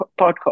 podcast